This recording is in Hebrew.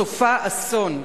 סופה אסון.